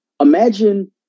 Imagine